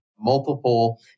multiple